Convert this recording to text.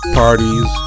parties